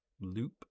loop